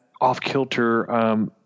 off-kilter